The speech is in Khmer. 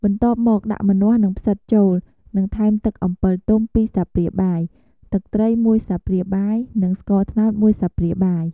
បន្ទាប់មក ដាក់ ម្នាស់ និង ផ្សិត ចូល និងថែម ទឹកអំពិលទុំ ២ ស្លាបព្រាបាយ ទឹកត្រី ១ ស្លាបព្រាបាយ និងស្ករត្នោត ១ ស្លាបព្រាបាយ។